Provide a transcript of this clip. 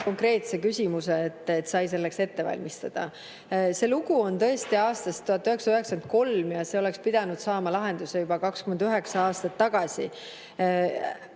konkreetse küsimuse, et sai selleks ette valmistada. See lugu on tõesti aastast 1993 ja see oleks pidanud saama lahenduse juba 29 aastat tagasi.